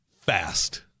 fast